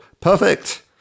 Perfect